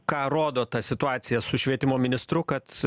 ką rodo ta situacija su švietimo ministru kad